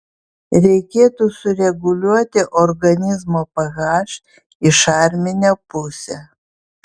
reikėtų sureguliuoti organizmo ph į šarminę pusę